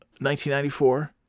1994